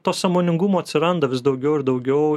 to sąmoningumo atsiranda vis daugiau ir daugiau